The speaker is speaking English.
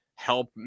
help